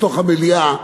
בתוך המליאה,